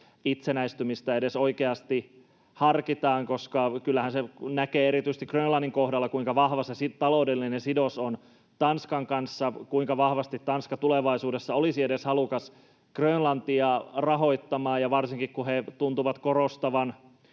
itsenäistymistä edes oikeasti harkitaan. Kyllähän sen näkee erityisesti Grönlannin kohdalla, kuinka vahva se taloudellinen sidos on Tanskan kanssa, kuinka vahvasti Tanska tulevaisuudessa olisi edes halukas Grönlantia rahoittamaan, varsinkin kun he tuntuvat korostavan